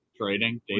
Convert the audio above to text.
Trading